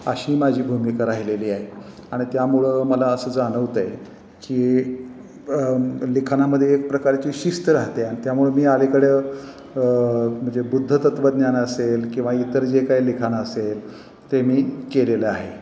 अशी माझी भूमिका राहिलेली आहे आणि त्यामुळं मला असं जाणवतं आहे की लिखाणामध्ये एक प्रकारची शिस्त राहते आणि त्यामुळे मी अलीकडे म्हणजे बुद्ध तत्त्वज्ञान असेल किंवा इतर जे काही लिखाण असेल ते मी केलेलं आहे